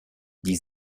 die